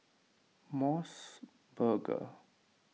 Mos Burger